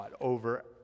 over